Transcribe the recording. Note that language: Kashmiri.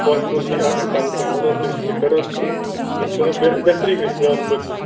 پاسِبلٹی آسہِ أسۍ آسو تۅہہِ وَنان تُہۍ ٲسِو تہِ کَران تہٕ اِنشاللہ بہ بہتری گَژھِ گامہٕ خٲطرٕ